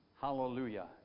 Hallelujah